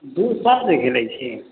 दू साल से खेलै छी